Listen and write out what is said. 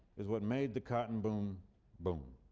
is what made the cotton boom boom.